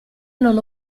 non